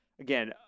again